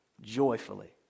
joyfully